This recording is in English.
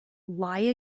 lie